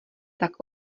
tak